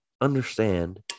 understand